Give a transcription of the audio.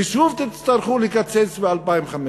ושוב תצטרכו לקצץ ב-2015.